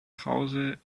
krause